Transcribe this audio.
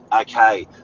okay